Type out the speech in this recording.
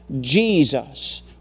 Jesus